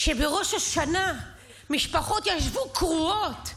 בראש השנה משפחות ישבו קרועות,